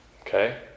Okay